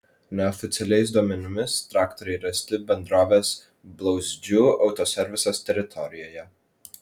neoficialiais duomenimis traktoriai rasti bendrovės blauzdžių autoservisas teritorijoje